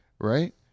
Right